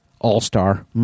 all-star